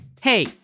Hey